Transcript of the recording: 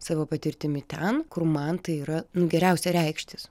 savo patirtimi ten kur man tai yra geriausia reikštis